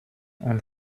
und